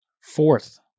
fourth